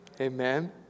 Amen